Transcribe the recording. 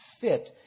fit